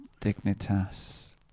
Dignitas